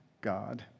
God